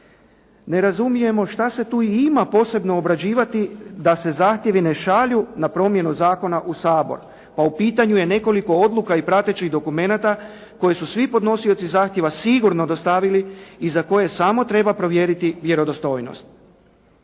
Ne razumijemo što se tu ima posebno obrađivati da se zahtjevi ne šalju na promjenu zakona u Sabor. Pa u pitanju je nekoliko odluka i pratećih dokumenata koji su svi podnosioci zakona sigurno dostavili i za koje samo treba provjeriti vjerodostojnost.